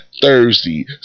Thursday